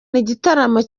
igitaramo